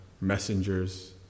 messengers